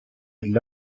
для